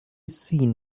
seen